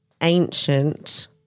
ancient